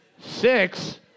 six